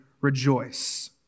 rejoice